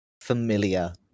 familiar